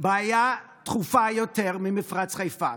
בעיה דחופה יותר ממפרץ חיפה.